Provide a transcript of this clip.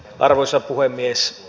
arvoisa puhemies